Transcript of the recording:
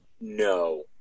no